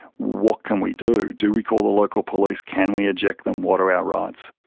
what can we do? do we call the local police? can we eject them? what are our rights?